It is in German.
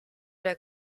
der